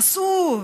אסור,